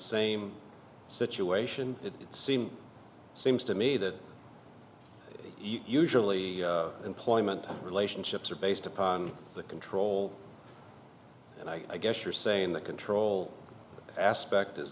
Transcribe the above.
same situation it seems seems to me that usually employment relationships are based upon the control and i guess you're saying that control aspect is